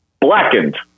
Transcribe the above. Blackened